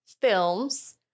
films